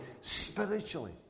spiritually